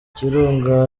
ikirunga